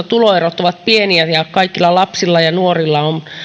tuloerot ovat pieniä ja kaikilla lapsilla ja nuorilla on